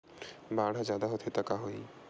बाढ़ ह जादा होथे त का होही?